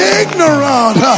ignorant